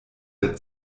der